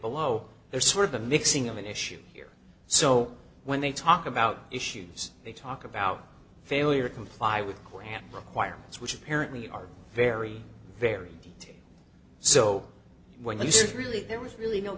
below there's sort of the mixing of an issue here so when they talk about issues they talk about failure to comply with coram requirements which apparently are very very detail so when this is really there was really no